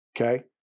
Okay